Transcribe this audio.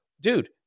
dude